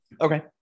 Okay